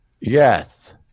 Yes